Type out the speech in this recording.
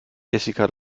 jessica